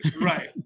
Right